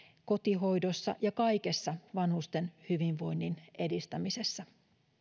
kotihoidossa ja kaikessa vanhusten hyvinvoinnin edistämisessä